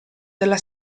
della